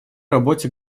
работе